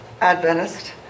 Adventist